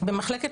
במחלקת